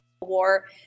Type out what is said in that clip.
war